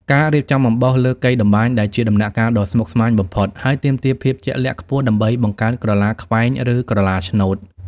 ការរៀបចំអំបោះលើកីតម្បាញ ដែលជាដំណាក់កាលដ៏ស្មុគស្មាញបំផុត ហើយទាមទារភាពជាក់លាក់ខ្ពស់ដើម្បីបង្កើតក្រឡាខ្វែងឬក្រឡាឆ្នូត។